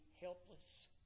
helpless